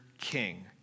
King